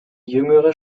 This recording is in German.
jüngere